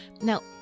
Now